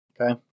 Okay